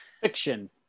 fiction